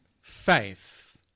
faith